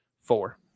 four